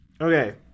Okay